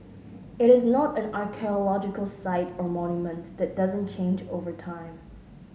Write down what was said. it is not an archaeological site or monument that doesn't change over time